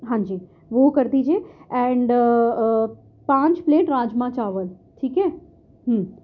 ہاں جی وہ کر دیجیے اینڈ پانچ پلیٹ راجما چاول ٹھیک ہے ہوں